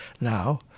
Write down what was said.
now